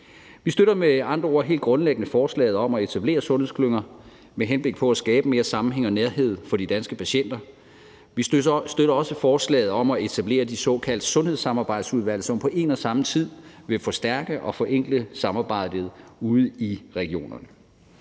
Vi støtter med andre ord helt grundlæggende forslaget om at etablere sundhedsklynger med henblik på at skabe mere sammenhæng og nærhed for de danske patienter. Vi støtter også forslaget om at etablere de såkaldte sundhedssamarbejdsudvalg, som på en og samme tid vil forstærke og forenkle samarbejdet ude i regionerne.